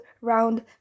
round